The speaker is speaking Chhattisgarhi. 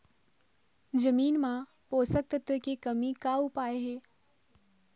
जमीन म पोषकतत्व के कमी का उपाय हे?